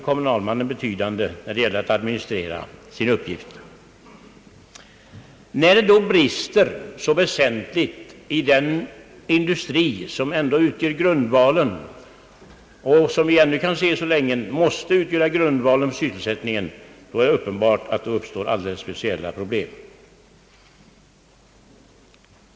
Om det då brister i fråga om det som utgör grundvalen för sysselsättningen, är det uppenbart att det uppstår alldeles speciella problem.